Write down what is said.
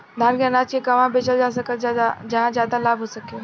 धान के अनाज के कहवा बेचल जा सकता जहाँ ज्यादा लाभ हो सके?